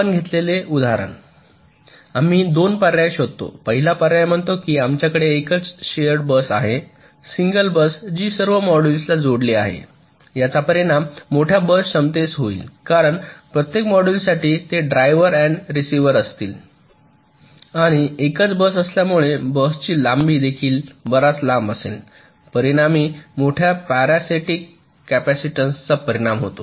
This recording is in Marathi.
आपण घेतलेले उदाहरण आम्ही 2 पर्याय शोधतो पहिला पर्याय म्हणतो की आमच्याकडे एकच शेअर बस आहे सिंगल बस जी सर्व मोड्यूल्सला जोडलेली आहे याचा परिणाम मोठ्या बस क्षमतेस होईल कारण प्रत्येक मॉड्यूलसाठी ते ड्रायव्हर आणि रिसीव्हर असतील आणि एकच बस असल्यामुळे बसची लांबी देखील बराच लांब असेल परिणामी मोठ्या पॅरासिटिक कॅपेसिटन्सचा परिणाम होतो